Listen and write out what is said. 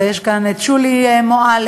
ויש כאן את שולי מועלם,